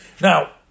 Now